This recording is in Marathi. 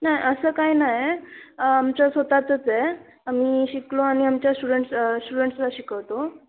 नाही असं काय नाही आमच्या स्वतःचंच आहे आम्ही शिकलो आणि आमच्या स्टुडंट्स स्टुडंट्सला शिकवतो